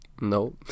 no